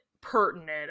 pertinent